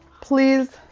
Please